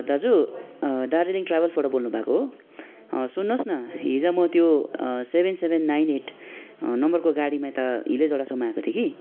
दाजु दार्जिलिङ ट्रेभल्सबाट बोल्नु भएको हो सुन्नुहोस् न हिजो म त्यो सेभेन सेभेन नाइन एट नम्बरको गाडीमा त हिले झोडासम्म आएको थिएँ कि